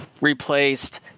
replaced